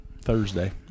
Thursday